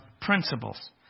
principles